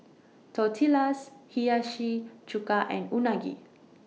Tortillas Hiyashi Chuka and Unagi